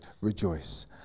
rejoice